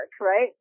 right